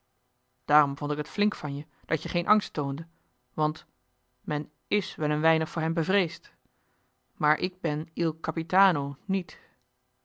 daarom vond ik het flink van je dat je geen joh h been paddeltje de scheepsjongen van michiel de ruijter angst toonde want men is wel een weinig voor hem bevreesd maar ik ben il capitano niet